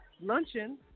luncheon